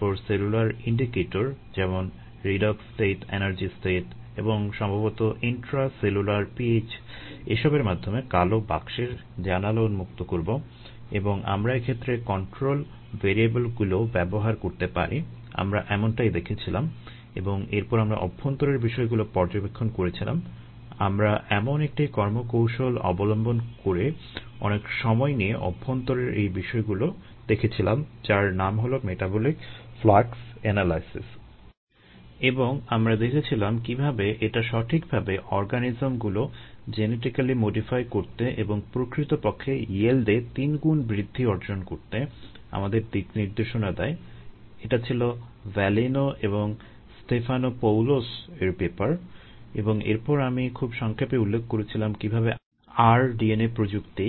প্রযুক্তি